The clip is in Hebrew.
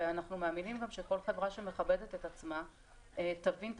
אנחנו מאמינים שכל חברה שמכבדת את עצמה תבין את